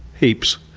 heaps.